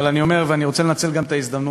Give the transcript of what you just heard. אבל אני אומר, ואני רוצה גם לנצל את ההזדמנות